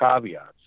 caveats